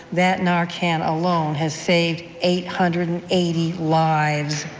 that narcan alone has saved eight hundred and eighty lives.